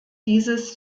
dieses